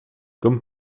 comme